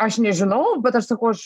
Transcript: aš nežinau bet aš sakau aš